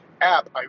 app